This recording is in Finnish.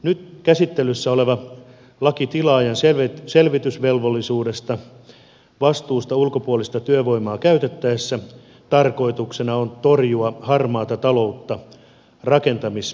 nyt käsittelyssä olevan lain tilaajan selvitysvelvollisuudesta ja vastuusta ulkopuolista työvoimaa käytettäessä tarkoituksena on torjua harmaata taloutta rakentamistoiminnassa